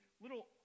little